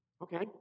Okay